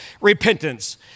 repentance